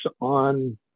on